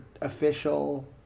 official